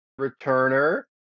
Returner